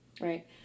right